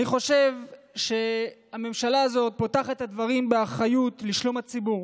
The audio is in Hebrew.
אני חושב שהממשלה הזאת פותחת את הדברים באחריות לשלום הציבור.